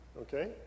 okay